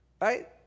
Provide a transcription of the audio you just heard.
Right